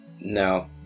No